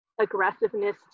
aggressiveness